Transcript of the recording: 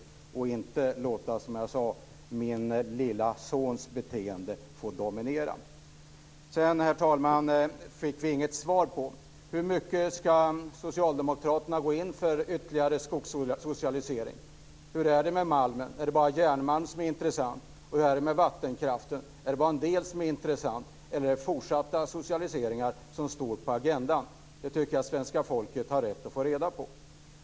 Som jag sade ska man inte låta min lilla sons beteende få dominera. Herr talman! Vi fick inget svar på frågan om hur mycket Socialdemokraterna ska gå in för ytterligare skogssocialisering. Hur är det med malmen? Är det bara järnmalm som är intressant? Och hur är det med vattenkraften? Är det bara en del som är intressant, eller är det fortsatta socialiseringar som står på agendan? Det tycker jag att svenska folket har rätt att få reda på.